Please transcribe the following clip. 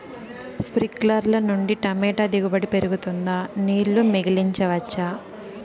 స్ప్రింక్లర్లు నుండి టమోటా దిగుబడి పెరుగుతుందా? నీళ్లు మిగిలించవచ్చా?